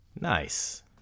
Nice